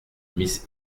miss